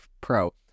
pro